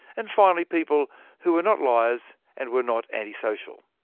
and finally people who were not liars and were not antisocial.